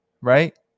right